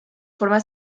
forma